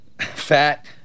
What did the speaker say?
fat